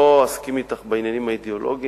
לא אסכים אתך בעניינים האידיאולוגיים,